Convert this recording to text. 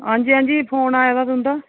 हां जी हां जी फोन आए दा तुं'दा